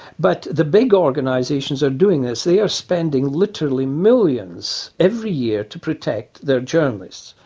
but the big organisations are doing this. they are spending literally millions every year to protect their journalists.